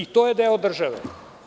I to je deo države.